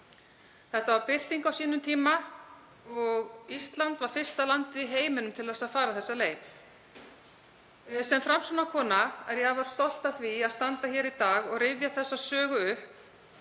Þetta var bylting á sínum tíma og Ísland var fyrsta landið í heiminum til að fara þessa leið. Sem Framsóknarkona er ég afar stolt af því að standa hér í dag og rifja þessa sögu upp